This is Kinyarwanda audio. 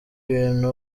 ibintu